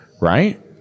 Right